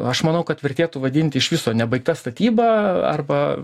aš manau kad vertėtų vadinti iš viso nebaigta statyba arba